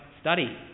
study